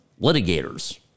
litigators